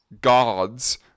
gods